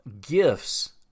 gifts